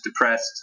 depressed